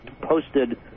posted